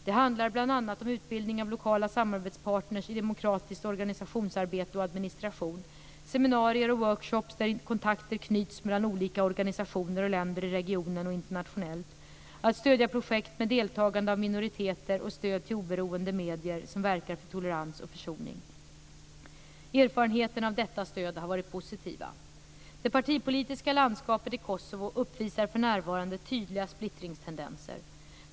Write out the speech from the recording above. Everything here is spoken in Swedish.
Det handlar bl.a. om utbildning av lokala samarbetspartner i demokratiskt organisationsarbete och administration, seminarier och workshopar där kontakter knyts mellan olika organisationer och länder i regionen och internationellt, att stödja projekt med deltagande av minoriteter och stöd till oberoende medier som verkar för tolerans och försoning. Erfarenheterna av detta stöd har varit positiva. Det partipolitiska landskapet i Kosovo uppvisar för närvarande tydliga splittringstendenser.